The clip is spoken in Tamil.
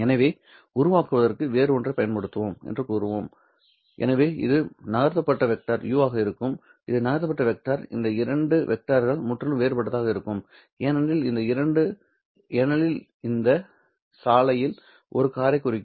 எனவே உருவாக்குவதற்கு வேறு ஒன்றைப் பயன்படுத்துவோம் என்று கூறுவோம் எனவே இது நகர்த்தப்பட்ட வெக்டர் u ஆக இருக்கும் இது நகர்த்தப்பட்ட வெக்டர் இந்த இரண்டு வெக்டர்கள் முற்றிலும் வேறுபட்டதாக இருக்கும் ஏனெனில் இது இந்த சாலையில் ஒரு காரைக் குறிக்கும்